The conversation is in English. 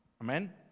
amen